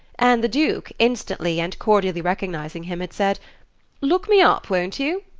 and the duke, instantly and cordially recognising him, had said look me up, won't you?